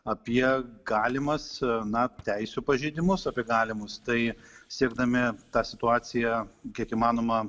apie galimas na teisių pažeidimus apie galimus tai siekdami tą situaciją kiek įmanoma